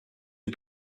are